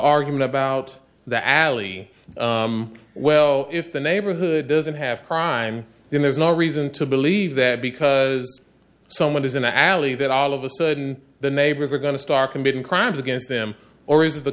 argument about the alley well if the neighborhood doesn't have crime then there's no reason to believe that because someone is in the alley that all of a sudden the neighbors are going to start committing crimes against them or is it the